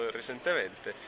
recentemente